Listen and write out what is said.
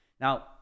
now